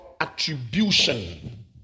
attribution